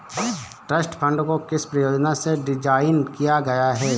Trust fund को किस प्रयोजन से डिज़ाइन किया गया है?